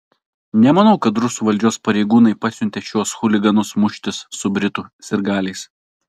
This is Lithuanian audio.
nemanau kad rusų valdžios pareigūnai pasiuntė šiuos chuliganus muštis su britų sirgaliais